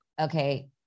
Okay